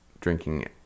drinking